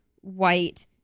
white